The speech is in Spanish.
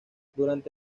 durante